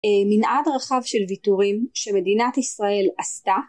מנעד רחב של ויתורים שמדינת ישראל עשתה